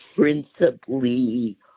principally